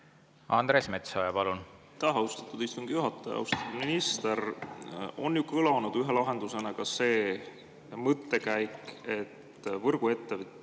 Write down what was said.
Andres Metsoja, palun! Aitäh, austatud istungi juhataja! Austatud minister! On ju kõlanud ühe lahendusena ka see mõttekäik, et viia võrguettevõte